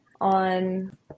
on